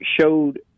showed